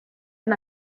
han